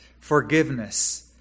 Forgiveness